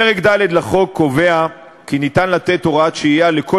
פרק ד' לחוק קובע כי אפשר לתת הוראת שהייה לכל